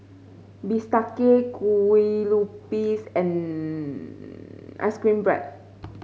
bistake Kue Lupis and ice cream bread